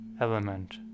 element